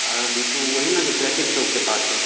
अभी तो वही ना जो ट्रैफिक चौक के पास है